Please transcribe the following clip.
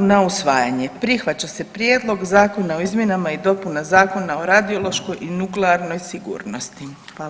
na usvajanje, prihvaća se Prijedlog zakona o izmjenama i dopunama Zakona o radiološkoj i nuklearnoj sigurnosti.